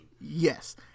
Yes